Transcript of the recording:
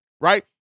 Right